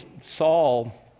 Saul